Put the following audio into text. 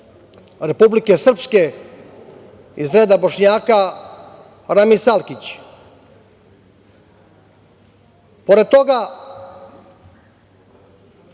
Republike Srpske iz reda Bošnjaka, Ramiz Salkić. Pored